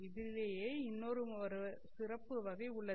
இதிலேயே இன்னுமொரு சிறப்பு வகை உள்ளது